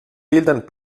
bilden